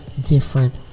different